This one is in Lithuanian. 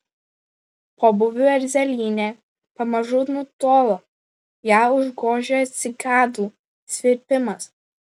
pobūvio erzelynė pamažu nutolo ją užgožė cikadų svirpimas